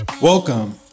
welcome